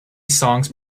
songs